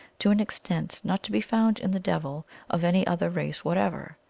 to an extent not to be found in the devil of any other race whatever.